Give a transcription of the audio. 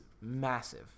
massive